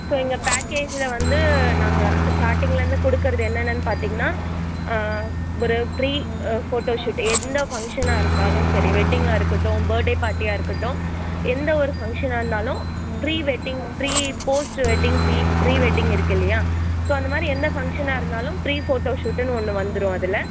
so எங்கள் பேக்கேஜ்ஜில் வந்து நாங்கள் ஸ்டார்ட்டிங்லேருந்து கொடுக்கறது என்னென்னறு பார்த்தீங்கன்னா ஒரு ப்ரீ ஃபோட்டோ ஷூட் எந்த ஃபங்க்ஷனாக இருந்தாலும் சரி வெட்டிங்காக இருக்கட்டும் பர்த் டே பார்ட்டியாக இருக்கட்டும் எந்தவொரு ஃபங்க்ஷனாக இருந்தாலும் pre wedding pre post wedding pre pre wedding இருக்குது இல்லையா ஸோ அந்தமாதிரி எந்த ஃபங்க்ஷனாக இருந்தாலும் ப்ரீ ஃபோட்டோ ஷூட்டுன்னு ஒன்று வந்துடும் அதில்